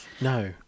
No